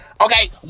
okay